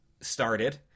started